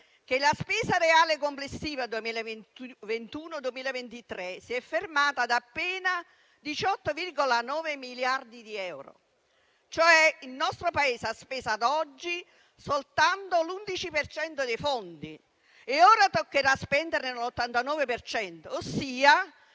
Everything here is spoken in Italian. La spesa reale complessiva 2021-2023 si è fermata ad appena 18,9 miliardi di euro, cioè il nostro Paese ha speso ad oggi soltanto l'11 per cento dei fondi e ora toccherà spenderne l'89 per